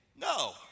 no